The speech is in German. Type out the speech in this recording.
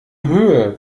höhe